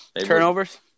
turnovers